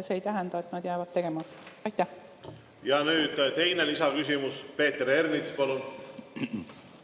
See ei tähenda, et nad jäävad tegemata. Nüüd teine lisaküsimus. Peeter Ernits, palun!